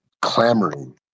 clamoring